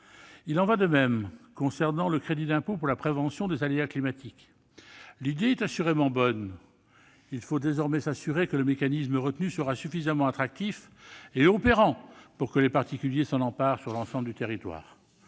Il en va de même concernant le crédit d'impôt pour la prévention des aléas climatiques. L'idée est assurément bonne. Il faut désormais s'assurer que le mécanisme retenu sera suffisamment attractif et opérant pour que les particuliers s'en emparent sur l'ensemble du territoire.